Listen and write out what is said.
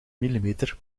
millimeter